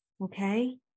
Okay